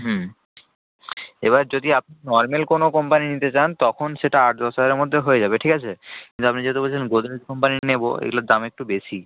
হুম এবার যদি নর্মাল কোনো কোম্পানি নিতে চান তখন সেটা আট দশ হাজারের মধ্যে হয়ে যাবে ঠিক আছে কিন্তু আপনি যেহেতু বলছেন গোদরেজ কোম্পানির নেব এগুলোর দাম একটু বেশি